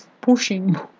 pushing